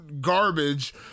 garbage